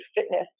fitness